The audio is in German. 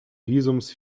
visums